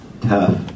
tough